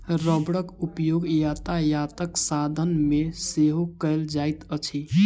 रबड़क उपयोग यातायातक साधन मे सेहो कयल जाइत अछि